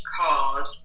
card